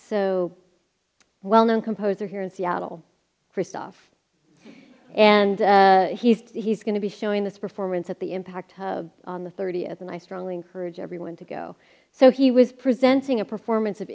so well known composer here in seattle christophe and he's he's going to be showing this performance at the impact on the thirtieth and i strongly encourage everyone to go so he was presenting a performance of